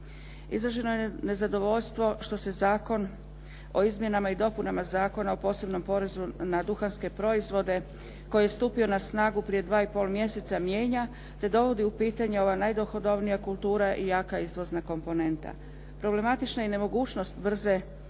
Izraženo je nezadovoljstvo što se Zakon o izmjenama i dopuna Zakona o posebnom porezu na duhanske proizvode koji je stupio na snagu prije 2,5 mjeseca mijenja te dovodi u pitanje ovo najdohodovnija kultura i jaka izvozna komponenta. Problematična je i nemogućnost brze